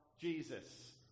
Jesus